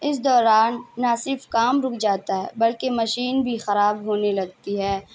اس دوران نا صرف کام رک جاتا ہے بلکہ مشین بھی خراب ہونے لگتی ہے